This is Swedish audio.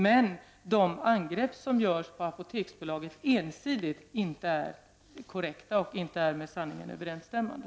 Men det angrepp som görs ensidigt på Apoteksbolaget är felaktigt och påståendena är inte korrekta och med sanningen överensstämmande.